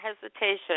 hesitation